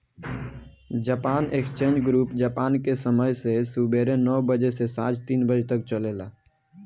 Japan exchange group Japan के समय से सुबेरे नौ बजे से सांझ तीन बजे तक चलेला